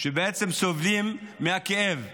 שבעצם סובלים מהכאב.